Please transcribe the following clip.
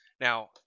now